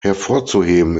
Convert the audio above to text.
hervorzuheben